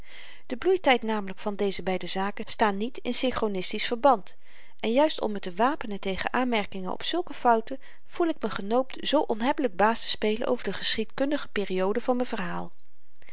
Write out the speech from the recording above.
de bloeityd namelyk van deze beide zaken staan niet in synchronistisch verband en juist om me te wapenen tegen aanmerkingen op zulke fouten voel ik me genoopt zoo onhebbelyk baas te spelen over de geschiedkundige perioden van m'n verhaal